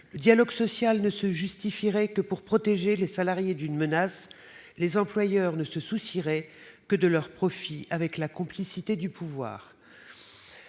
Le dialogue social ne se justifierait que pour protéger les salariés d'une menace, les employeurs ne se soucieraient que de leur profit, avec la complicité du pouvoir.